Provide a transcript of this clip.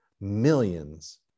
millions